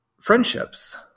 friendships –